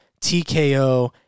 tko